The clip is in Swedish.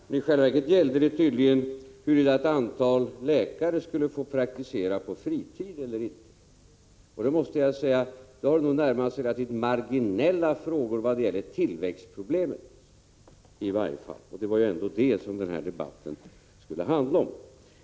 Men i realiteten gällde det tydligen huruvida ett antal läkare skulle få praktisera på fritid eller inte. Jag måste säga att det då har närmat sig relativt marginella frågor, i varje fall vad det gäller tillväxtproblemet, och det var ju ändå detta som den här debatten skulle handla om.